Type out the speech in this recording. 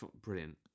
Brilliant